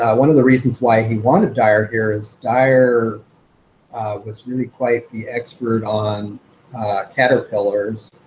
ah one of the reasons why he wanted dyar here is dyar was really quite the expert on caterpillars